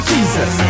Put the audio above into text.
Jesus